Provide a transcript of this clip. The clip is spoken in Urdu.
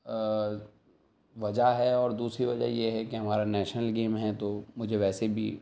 وجہ ہے اور دوسری وجہ یہ ہے کہ ہمارا نیشنل گیم ہے تو مجھے ویسے بھی